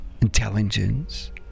intelligence